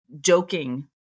joking